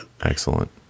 Excellent